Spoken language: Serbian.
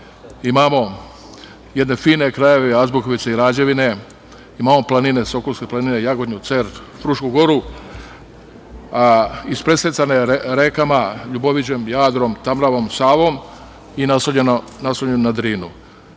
imamo jedne fine krajeve Azbukovice i Rađevine, imamo Sokolske planine, Jagodnju, Cer, Frušku goru, ispresecane rekama Ljuboviđa, Jadrom, Tamnavom, Savom i naslonjeno na Drinu.